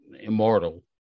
immortal